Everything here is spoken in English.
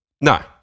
No